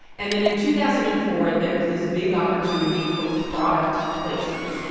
and then in two thousand and four, there was this big opportunity for product placement.